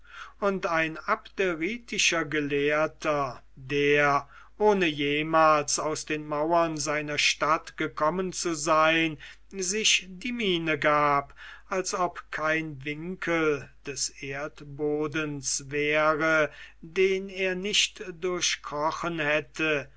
und ein abderitischer gelehrter der ohne jemals aus den mauern seiner stadt gekommen zu sein sich die miene gab als ob kein winkel des erdbodens wäre den er nicht durchkrochen hätte